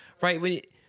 right